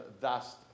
thus